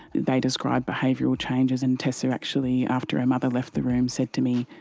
they described behavioural changes, and tessa actually, after her mother left the room, said to me,